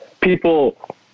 People